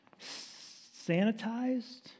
sanitized